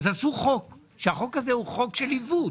עשו חוק והחוק הזה הוא חוק של עיוות